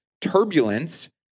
turbulence